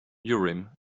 urim